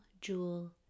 jewel